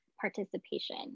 participation